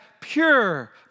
pure